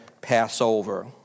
Passover